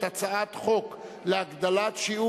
אני קובע שהצעת החוק של חבר